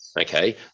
Okay